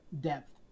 depth